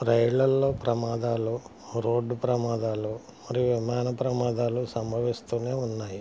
రైళ్ళల్లో ప్రమాదాలు రోడ్డు ప్రమాదాలు మరియు విమాన ప్రమాదాలు సంభవిస్తూనే ఉన్నాయి